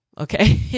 Okay